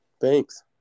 Thanks